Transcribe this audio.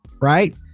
right